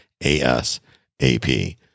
asap